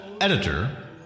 editor